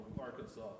Arkansas